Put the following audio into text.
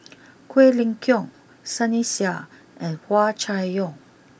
Quek Ling Kiong Sunny Sia and Hua Chai Yong